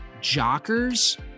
jockers